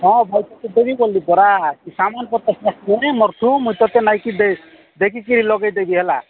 ହଁ ଭଲ୍ସେ ପରା ସାମାନ୍ ପତ୍ର ଦେ ଦେଖି କିରି ଲଗେଇ ଦେବି ହେଲା